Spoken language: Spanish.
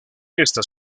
esta